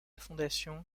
fondation